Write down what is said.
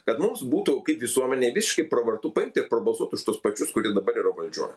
kad mums būtų kaip visuomenei visiškai pravartu paimti prabalsuot už tuos pačius kurie dabar yra valdžioj